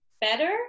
better